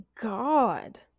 God